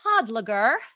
Podlager